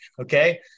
okay